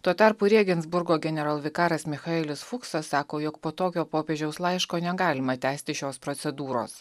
tuo tarpu rėgensburgo generalvikaras michaelis fuksas sako jog po tokio popiežiaus laiško negalima tęsti šios procedūros